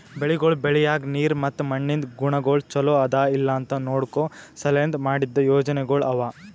ಬೆಳಿಗೊಳ್ ಬೆಳಿಯಾಗ್ ನೀರ್ ಮತ್ತ ಮಣ್ಣಿಂದ್ ಗುಣಗೊಳ್ ಛಲೋ ಅದಾ ಇಲ್ಲಾ ನೋಡ್ಕೋ ಸಲೆಂದ್ ಮಾಡಿದ್ದ ಯೋಜನೆಗೊಳ್ ಅವಾ